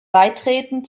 beitreten